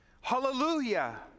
Hallelujah